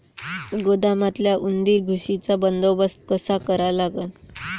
गोदामातल्या उंदीर, घुशीचा बंदोबस्त कसा करा लागन?